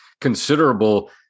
considerable